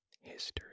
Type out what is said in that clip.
history